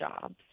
jobs